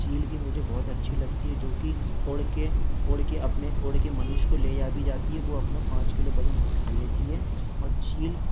चील भी मुझे बहोत अच्छी लगती है जो कि उड़ के उड़ के अपने उड़ के मनुष्य को ले जा भी जाती है वो अपना पाँच किलो वजन उठा लेती है और चील